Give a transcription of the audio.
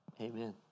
Amen